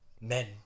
men